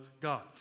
God